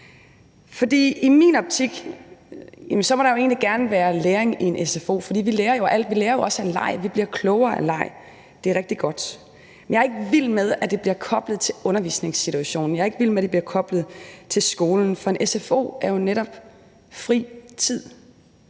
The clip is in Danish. i min optik må der egentlig gerne være læring i en sfo, for vi lærer jo af alt. Vi lærer jo også af leg; vi bliver klogere af leg. Det er rigtig godt. Men jeg er ikke vild med, at det bliver koblet til undervisningssituationen, og jeg er ikke vild med, at det bliver koblet til skolen, for en sfo er jo netop fri tid;